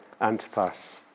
Antipas